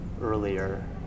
earlier